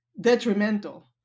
detrimental